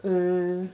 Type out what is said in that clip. mm